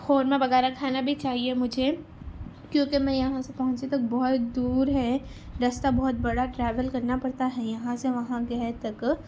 قورما وغیرہ کھانا بھی چاہیے مجھے کیونکہ میں یہاں سے پہنچنے تک بہت دور ہے رستہ بہت بڑا ٹراویل کرنا پڑتا ہے یہاں سے وہاں کے ہے تک